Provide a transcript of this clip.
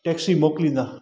taxi मोकिलींदा